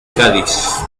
cádiz